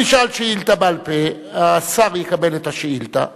אם ישאל שאילתא בעל-פה, השר יקבל את השאילתא,